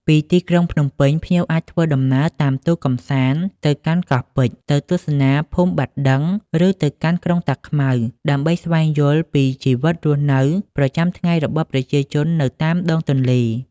ពីទីក្រុងភ្នំពេញ ភ្ញៀវអាចធ្វើដំណើរតាមទូកកម្សាន្តទៅកាន់កោះពេជ្រ ទៅទស្សនាភូមិបាត់ដឹង ឬទៅកាន់ក្រុងតាខ្មៅ ដើម្បីស្វែងយល់ពីជីវិតរស់នៅប្រចាំថ្ងៃរបស់ប្រជាជននៅតាមដងទន្លេ។